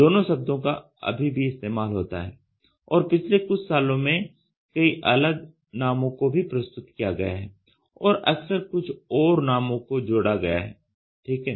दोनों शब्दों का अभी भी इस्तेमाल होता है और पिछले कुछ सालों में कई अलग नामों को भी प्रस्तुत किया गया है और अक्सर कुछ और नामों को जोड़ा गया है ठीक है